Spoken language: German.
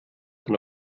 von